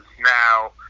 now